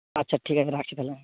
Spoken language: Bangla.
আচ্ছা ঠিক আছে রাখছি তাহলে